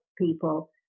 people